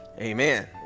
amen